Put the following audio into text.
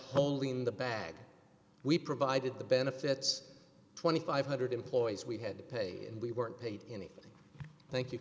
holding the bag we provided the benefits two thousand five hundred employees we had to pay and we weren't paid anything thank you